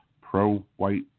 pro-white